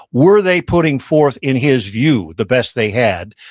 were they putting forth, in his view, the best they had?